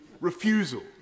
refusal